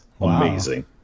amazing